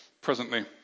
presently